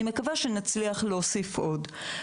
אני מקווה שנצליח להוסיף עוד.